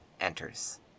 enters